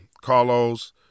Carlos